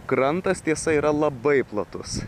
krantas tiesa yra labai platus